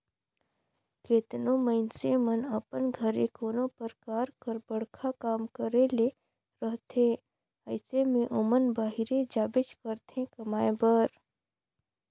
केतनो मइनसे मन अपन घरे कोनो परकार कर बड़खा काम करे ले रहथे अइसे में ओमन बाहिरे जाबेच करथे कमाए बर